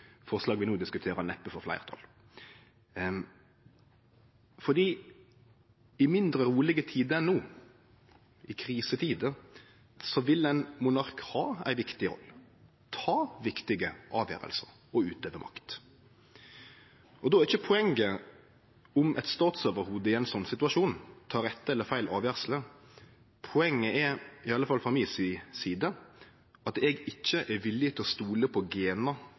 vi no diskuterer, neppe får fleirtal. I mindre rolege tider enn no, i krisetider, vil ein monark ha ei viktig rolle, ta viktige avgjersler og utøve makt. Då er ikkje poenget om eit statsoverhovud i ein slik situasjon tek rett eller feil avgjersle, poenget er – iallfall frå mi side – at eg ikkje er villig til å stole på genar